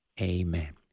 Amen